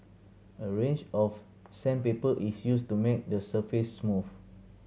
a range of sandpaper is used to make the surface smooth